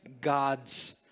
God's